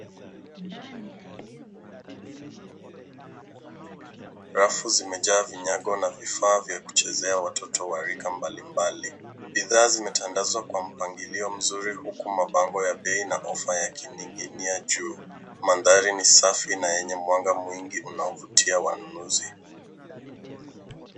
Rafu zimejaa vinyago na vifaa vya kuchezea watoto wa rika mbalimbali. Bidhaa zimetandazwa kwa mpangilio mzuri huku mabango ya bei na ofa yaking’inia juu. Mandhari ni safi na yenye mwanga mwingi unaovutia wanunuzi.